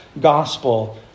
gospel